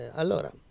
allora